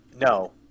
No